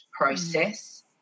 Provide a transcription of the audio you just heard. process